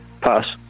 Pass